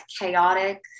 chaotic